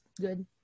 good